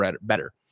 better